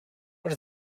what